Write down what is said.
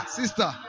sister